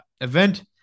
event